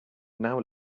now